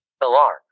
Alarm